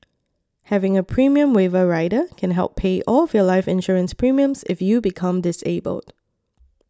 having a premium waiver rider can help pay all of your life insurance premiums if you become disabled